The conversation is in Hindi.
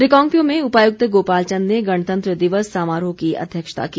रिकांगपिओ में उपायुक्त गोपाल चंद ने गणतंत्र दिवस समारोह की अध्यक्षता की